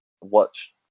watch